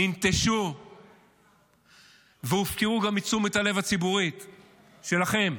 ננטשו והופקעו גם מתשומת הלב הציבורית שלכם.